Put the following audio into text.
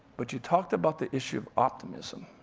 but you talked about the issue of optimism.